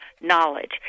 knowledge